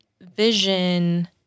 vision